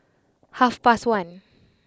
half past one